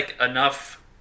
enough